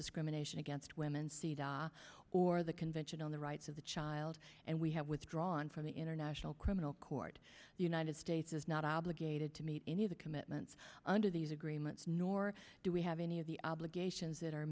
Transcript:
discrimination against women cdata or the convention on the rights of the child and we have withdrawn from the international criminal court the united states is not obligated to meet any of the commitments under these agreements nor do we have any of the obligations that